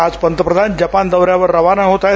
आज पंतप्रधान जपान दौन्यावर रवाना होत आहेत